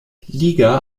liga